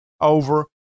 over